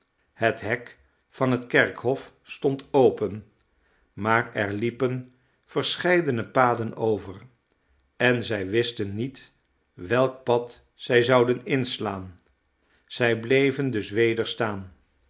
het hek van het kerkhof stond open maar er liepen verscheidene paden over en zij wisten niet welk pad zij zouden inslaan zij bleven dus weder staan